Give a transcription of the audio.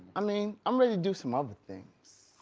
i mean i'm ready to do some other things.